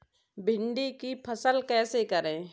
भिंडी की फसल कैसे करें?